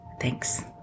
Thanks